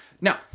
Now